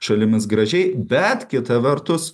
šalimis gražiai bet kita vertus